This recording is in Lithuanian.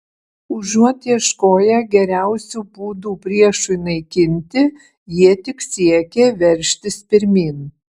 užuot ieškoję geriausių būdų priešui naikinti jie tik siekė veržtis pirmyn